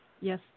Yes